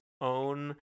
own